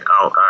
out